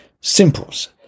Simples